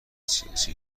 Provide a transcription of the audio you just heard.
سیاسی